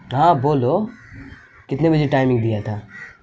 ہاں بولو کتنے بجے ٹائمنگ دیا تھا